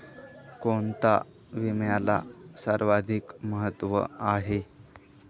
कोणता विम्याला सर्वाधिक महत्व आहे?